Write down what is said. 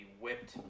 whipped